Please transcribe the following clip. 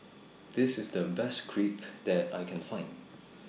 This IS The Best Crepe that I Can Find